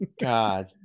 God